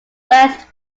west